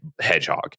hedgehog